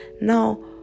Now